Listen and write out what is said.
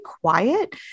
quiet